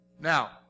Now